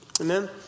Amen